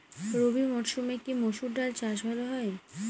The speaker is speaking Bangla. রবি মরসুমে কি মসুর ডাল চাষ ভালো হয়?